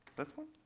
this one?